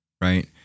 right